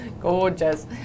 Gorgeous